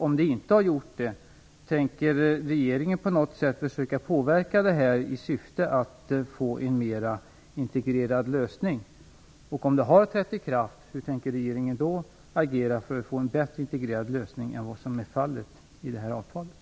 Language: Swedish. Om det inte har gjort det, tänker regeringen på något sätt påverka avtalet i syfte att få en mera integrerad lösning? Om avtalet har trätt i kraft, hur tänker regeringen då agera för att få en bättre integrerad lösning än vad som är fallet när det gäller detta avtal?